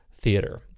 theater